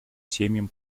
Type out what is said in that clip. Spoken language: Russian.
семьям